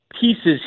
pieces